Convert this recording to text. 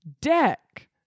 deck